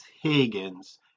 Higgins